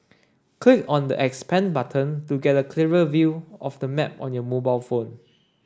click on the 'expand' button to get a clearer view of the map on your mobile phone